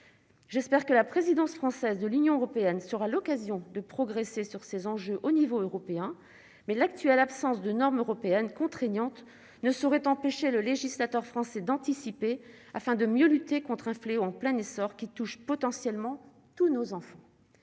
j'espère que la présidence française de l'Union européenne sera l'occasion de progresser sur ces enjeux au niveau européen, mais l'actuelle absence de normes européennes contraignantes ne saurait empêcher le législateur français d'anticiper afin de mieux lutter contre un fléau en plein essor qui touche potentiellement tous nos enfants